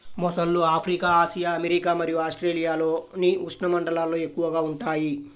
మొసళ్ళు Africa, Asia, America మరియు ఆస్ట్రేలియాలోని ఉష్ణమండలాల్లో ఎక్కువగా ఉంటాయి